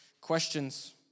questions